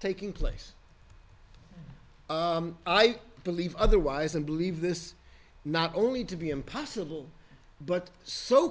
taking place i believe otherwise and believe this not only to be impossible but so